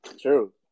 True